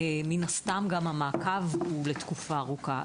מן הסתם גם המעקב הוא לתקופה ארוכה.